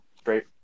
straight